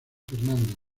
fernando